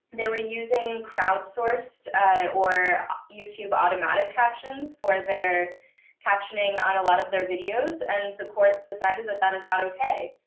were using crowdsourced or youtube automatic captions for their captioning on a lot of their videos, and the court decided that that is not ok.